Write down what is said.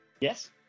Yes